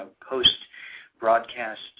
post-broadcast